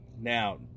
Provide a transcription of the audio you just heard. Now